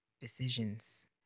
decisions